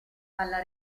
alla